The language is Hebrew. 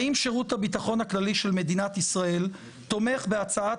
האם שירות הביטחון הכללי של מדינת ישראל תומך בהצעת